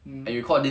um